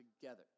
together